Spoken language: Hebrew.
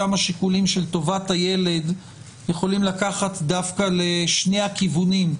שם השיקולים של טובת הילד יכולים לקחת דווקא לשני הכיוונים,